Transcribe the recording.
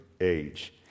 age